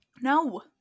No